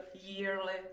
yearly